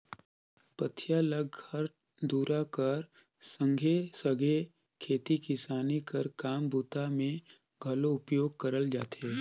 पथिया ल घर दूरा कर संघे सघे खेती किसानी कर काम बूता मे घलो उपयोग करल जाथे